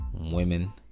Women